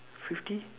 fifty